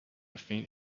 faint